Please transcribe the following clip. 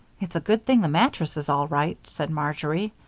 it's a good thing the mattress is all right, said marjory.